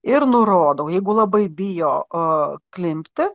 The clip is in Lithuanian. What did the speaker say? ir nurodau jeigu labai bijo o klimpti